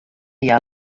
hja